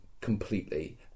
completely